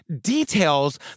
details